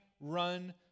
run